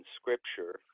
scripture